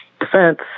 Defense